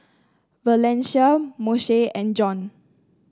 Valencia Moshe and John